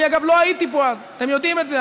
אני, אגב, לא הייתי פה אז, אתם יודעים את זה.